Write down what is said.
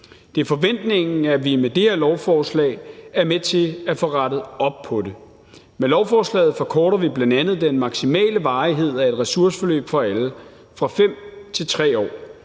Det er forventningen, at vi med det her lovforslag er med til at få rettet op på det. Med lovforslaget forkorter vi bl.a. den maksimale varighed af et ressourceforløb for alle fra 5 til 3 år,